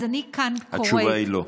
אז אני כאן קוראת, התשובה היא: לא.